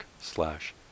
slash